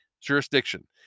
jurisdiction